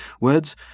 Words